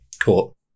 Cool